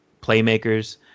playmakers